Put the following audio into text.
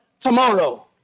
Tomorrow